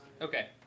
Okay